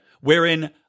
wherein